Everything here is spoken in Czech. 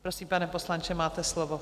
Prosím, pane poslanče, máte slovo.